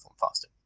faster